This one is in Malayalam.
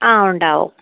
ആ ഉണ്ടാവും